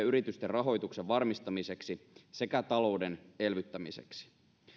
yritysten rahoituksen varmistamiseksi sekä talouden elvyttämiseksi